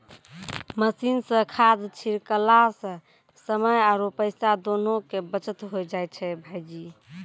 machine सॅ खाद छिड़कला सॅ समय आरो पैसा दोनों के बचत होय जाय छै भायजी